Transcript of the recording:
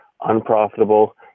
unprofitable